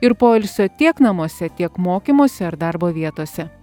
ir poilsio tiek namuose tiek mokymosi ar darbo vietose